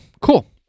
Cool